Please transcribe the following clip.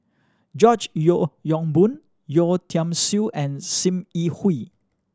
George Yeo Yong Boon Yeo Tiam Siew and Sim Yi Hui